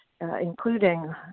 including